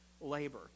labor